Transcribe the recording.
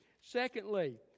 Secondly